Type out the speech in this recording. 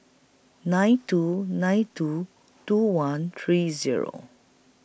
nine two nine two two one three Zero